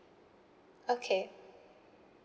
okay